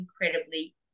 incredibly